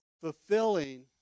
fulfilling